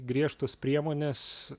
griežtos priemonės